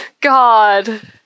God